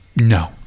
No